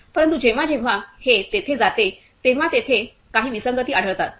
परंतु जेव्हा जेव्हा हे तेथे जाते तेव्हा येथे काही विसंगती आढळतात